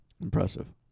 Impressive